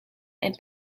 and